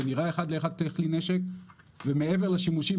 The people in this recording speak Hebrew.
ומעבר לשימושים,